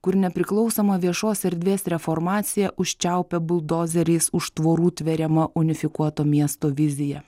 kur nepriklausoma viešos erdvės reformacija užčiaupia buldozeriais už tvorų tveriama unifikuoto miesto vizija